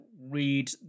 read